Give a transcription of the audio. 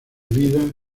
vida